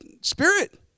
spirit